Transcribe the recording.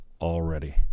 already